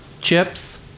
chips